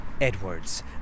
Edwards